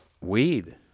weed